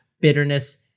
Bitterness